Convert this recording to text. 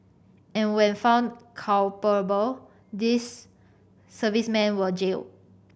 and when found these servicemen were jailed